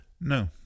No